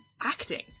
acting